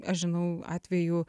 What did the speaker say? aš žinau atvejų